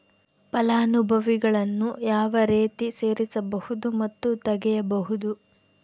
ಫಲಾನುಭವಿಗಳನ್ನು ಯಾವ ರೇತಿ ಸೇರಿಸಬಹುದು ಮತ್ತು ತೆಗೆಯಬಹುದು?